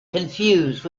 confuse